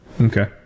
Okay